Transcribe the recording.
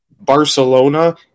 Barcelona